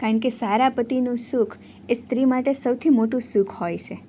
કારણકે સારા પતિનું સુખ એ સ્ત્રી માટે સૌથી મોટું સુખ હોય છે